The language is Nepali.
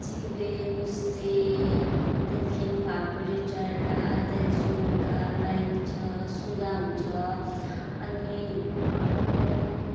चिबे मुस्टे त्यहाँदेखिन् फापरेचरा त्यहाँदेखि सुगा पाइन्छ सुगा हुन्छ अनि अर्को